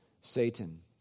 Satan